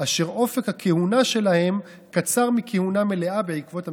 אשר אופק הכהונה שלהם קצר מכהונה מלאה בעקבות ההגבלה.